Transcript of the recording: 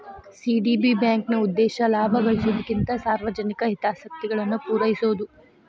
CDB ಬ್ಯಾಂಕ್ನ ಉದ್ದೇಶ ಲಾಭ ಗಳಿಸೊದಕ್ಕಿಂತ ಸಾರ್ವಜನಿಕ ಹಿತಾಸಕ್ತಿಗಳನ್ನ ಪೂರೈಸೊದು